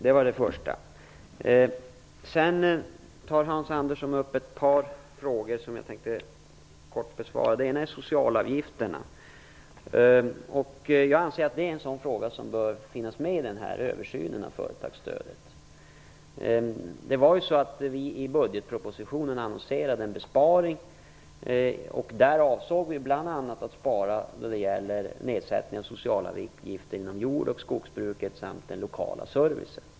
Hans Andersson hade också ett par frågor som jag kort tänkte besvara. En gäller socialavgifterna. Jag anser att den frågan bör finnas med i översynen av företagsstödet. I budgetpropositionen annonserade vi ju en besparing. Vi avsåg bl.a. att spara när det gäller nedsättningen av socialavgiften inom jord och skogsbruket samt inom den lokala servicen.